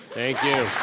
thank you.